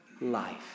life